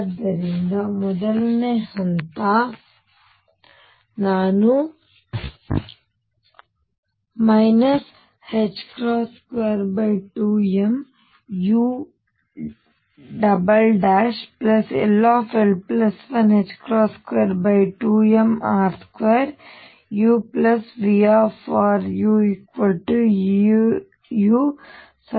ಆದ್ದರಿಂದ 1ನೇ ಹಂತ ನಾನು 22mull122mr2uVruEu